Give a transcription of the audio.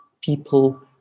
people